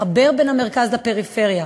לחבר בין המרכז לפריפריה,